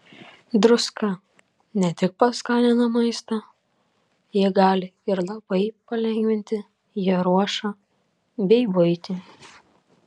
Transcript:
druska ne tik paskanina maistą ji gali ir labai palengvinti jo ruošą bei buitį